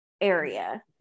area